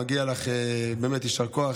מגיע לך באמת יישר כוח,